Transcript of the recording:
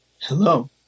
Hello